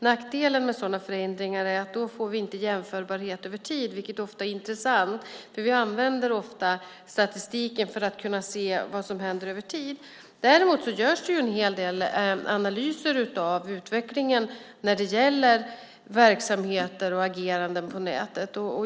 Nackdelen med sådana förändringar är att vi då inte får jämförbarhet över tid, vilket ofta är intressant. Vi använder ofta statistiken för att kunna se vad som händer över tid. Däremot görs det en hel del analyser av utvecklingen av verksamheter och ageranden på nätet.